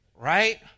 Right